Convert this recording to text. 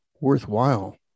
worthwhile